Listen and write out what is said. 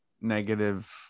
negative